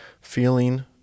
feeling